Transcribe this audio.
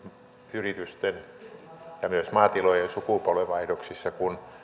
yritysten ja myös maatilojen sukupolvenvaihdoksissa kun